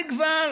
אני כבר